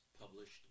published